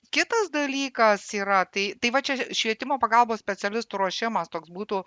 kitas dalykas yra tai tai va čia švietimo pagalbos specialistų ruošimas toks būtų